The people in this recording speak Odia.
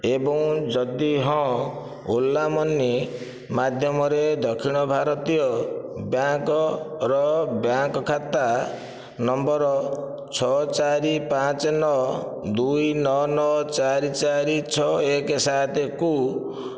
ଏବଂ ଯଦି ହଁ ଓଲା ମନି ମାଧ୍ୟମରେ ଦକ୍ଷିଣ ଭାରତୀୟ ବ୍ୟାଙ୍କ୍ର ବ୍ୟାଙ୍କ୍ ଖାତା ନମ୍ବର ଛଅ ଚାରି ପାଞ୍ଚ ନଅ ଦୁଇ ନଅ ନଅ ଚାରି ଚାରି ଛଅ ଏକ ସାତକୁ